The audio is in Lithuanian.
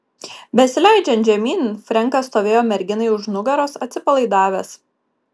besileidžiant žemyn frenkas stovėjo merginai už nugaros atsipalaidavęs